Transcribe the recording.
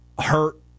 hurt